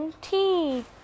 tea